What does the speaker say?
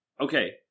okay